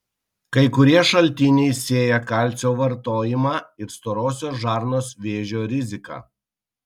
kai kurie šaltiniai sieja kalcio vartojimą ir storosios žarnos vėžio riziką